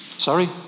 Sorry